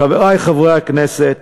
חברי חברי הכנסת,